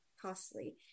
costly